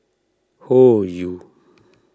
Hoyu